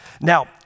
Now